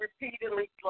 repeatedly